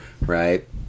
right